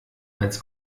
als